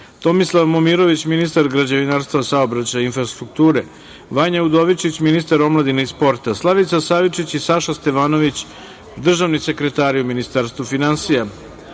Tomislav Momirović, ministar građevinarstva, saobraćaja i infrastrukture, Vanja Udovičić, ministar omladine i sporta, Slavica Savičić i Saša Stevanović, državni sekretari u Ministarstvu finansija,